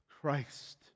Christ